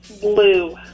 Blue